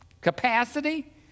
capacity